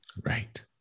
Right